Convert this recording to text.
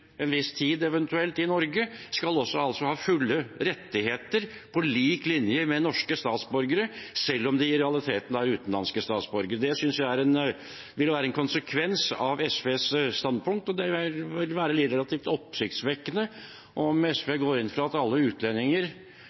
en viss tid i Norge, også skal ha fulle rettigheter på lik linje med norske statsborgere, selv om de i realiteten er utenlandske statsborgere. Det synes jeg ville være en konsekvens av SVs standpunkt. Det ville være relativt oppsiktsvekkende om SV går inn for at alle utlendinger